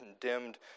condemned